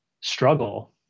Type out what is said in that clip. struggle